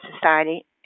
society